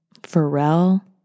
Pharrell